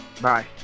Bye